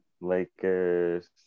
Lakers